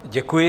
Děkuji.